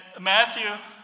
Matthew